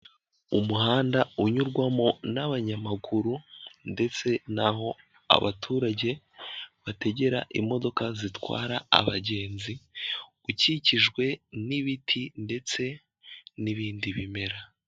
Umuhanda unyurwamo n'abanyamaguru ndetse naho abaturage bategera imodoka zitwara abagenzi ukikijwe n'ibiti ndetse n'ibindi bimera.